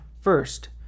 First